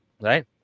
right